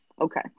Okay